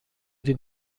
den